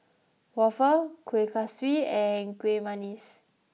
Waffle Kueh Kaswi and Kueh Manggis